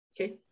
Okay